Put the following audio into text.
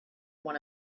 one